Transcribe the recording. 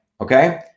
Okay